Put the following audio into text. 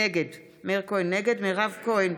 נגד מירב כהן,